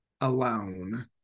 alone